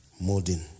molding